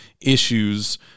issues